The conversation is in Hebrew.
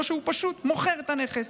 או שהוא פשוט מוכר את הנכס.